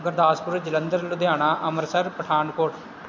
Gurdaspur Jalandhar Ludhiana Amritsar Pathankot